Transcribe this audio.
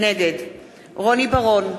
נגד רוני בר-און,